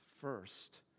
first